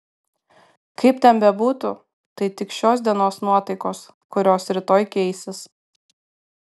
kaip ten bebūtų tai tik šios dienos nuotaikos kurios rytoj keisis